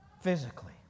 Physically